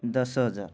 ଦଶ ହଜାର